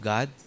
God